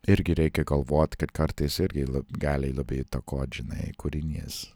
irgi reikia galvot kad kartais irgi l gali labai įtakot žinai kūrinys